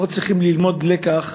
אנחנו צריכים ללמוד לקח